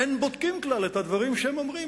אין בודקים כלל את הדברים שהם אומרים,